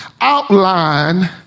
outline